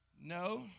No